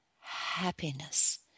happiness